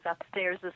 upstairs